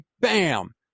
bam